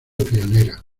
pionera